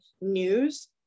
news